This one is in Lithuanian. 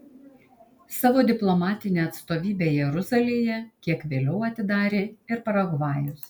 savo diplomatinę atstovybę jeruzalėje kiek vėliau atidarė ir paragvajus